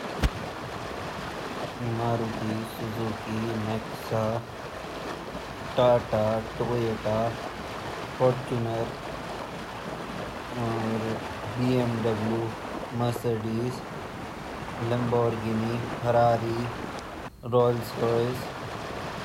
कारू नाम जान ची ब्रांड वोन कारू नाम अलग वोन ब्रांड अलग, नाम ची बी.एम्.डब्लू, हुंडई, टोयोटा, ऑडी, कीवी, फोर्ड, और मेते इथी ऑनदु ज़्यादा मेते पता नी ची।